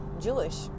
Jewish